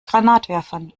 granatwerfern